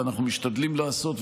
ואנחנו משתדלים לעשות.